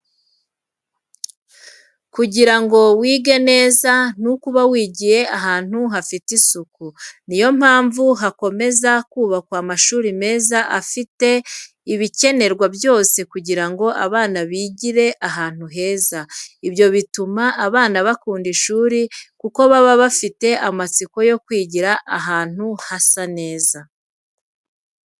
Kugira ngo wige neza, ni uko uba wigiye n'ahantu hafite isuku. Niyo mpamvu hakomeza kubakwa amashuri meza afite ibikenerwa byose kugira ngo abana bigire ahantu heza. Ibyo bituma abana bakunda ishuri kuko baba bafite amatsiko yo kwigira ahantu hasa neza.